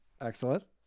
Excellent